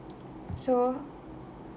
so